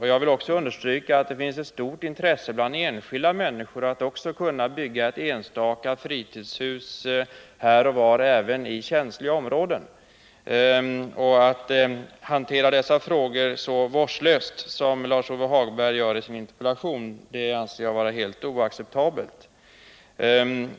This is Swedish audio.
Jag vill också understryka att det finns ett stort intresse hos enskilda människor att bygga fritidshus även i känsliga områden. Att hantera dessa frågor så vårdslöst som Lars-Ove Hagberg gör i sin interpellation anser jag vara helt oacceptabelt.